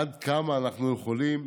עד כמה אנחנו יכולים,